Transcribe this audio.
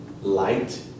light